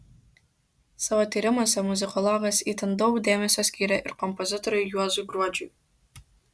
savo tyrimuose muzikologas itin daug dėmesio skyrė ir kompozitoriui juozui gruodžiui